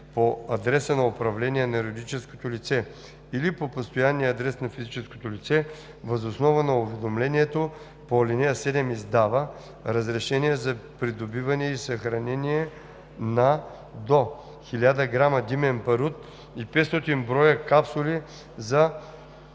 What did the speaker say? по адреса на управление на юридическото лице или по постоянния адрес на физическото лице, въз основа на уведомлението по ал. 7 издава разрешение за придобиване и съхранение на до 1000 грама димен барут и 500 броя капсули за